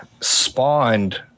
spawned